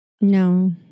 No